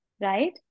right